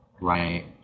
Right